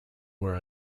were